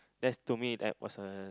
that's to me that was a